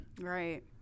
Right